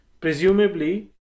presumably